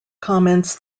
comments